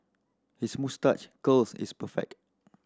his moustache curl is perfect